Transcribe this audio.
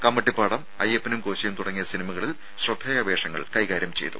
കമ്മട്ടിപ്പാടം അയ്യപ്പനും കോശിയും തുടങ്ങിയ സിനിമകളിൽ ശ്രദ്ധേയ വേഷങ്ങൾ കൈകാര്യം ചെയ്തു